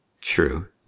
True